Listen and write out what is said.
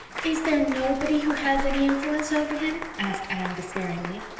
is there nobody who has any influence over him? asked anne despairingly.